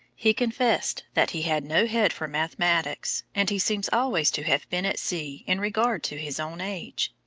he confessed that he had no head for mathematics, and he seems always to have been at sea in regard to his own age.